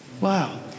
Wow